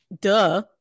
Duh